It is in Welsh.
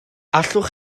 allwch